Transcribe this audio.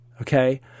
Okay